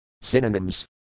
Synonyms